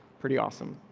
pretty awesome,